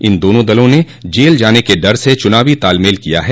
इन दोनों दलों न जेल जाने के डर से चूनावी तालमेल किया है